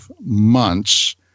months